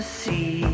see